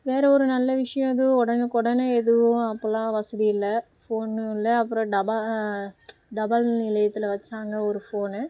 வேறு ஒரு நல்ல விஷயம் இது உடனுக்கொடனே எதுவும் அப்போலாம் வசதி இல்லை ஃபோனும் இல்லை அப்பறம் டபா தாபால் நிலையத்தில் வெச்சாங்க ஒரு ஃபோனு